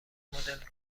مدل